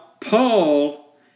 Paul